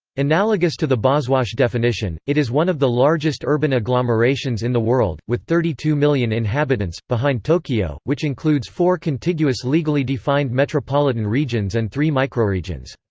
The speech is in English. analogous to the boswash definition, it is one of the largest urban agglomerations in the world, with thirty two million inhabitants, behind tokyo, which includes four contiguous legally defined metropolitan regions and three microregions.